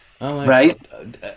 Right